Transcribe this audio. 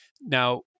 Now